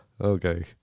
okay